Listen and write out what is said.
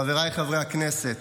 חבריי חברי הכנסת,